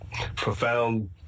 profound